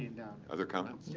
you know other comments?